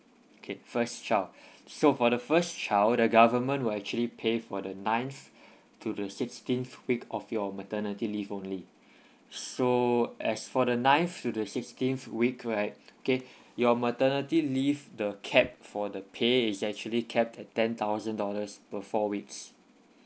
okay first child so for the first child the government will actually pay for the ninth to the sixteenth week of your maternity leave only so as for the ninth to the sixteenth week right okay your maternity leave the cap for the pay is actually cap at ten thousand dollars for four weeks